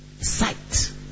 Sight